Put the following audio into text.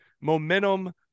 momentum